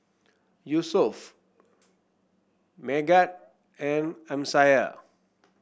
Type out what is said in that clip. Yusuf Megat and Amsyar